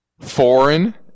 foreign